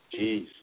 Jeez